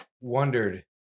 wondered